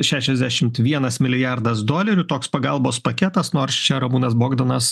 šešiasdešimt vienas milijardas dolerių toks pagalbos paketas nors čia ramūnas bogdanas